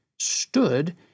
stood